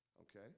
Okay